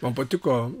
man patiko